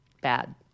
Bad